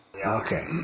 Okay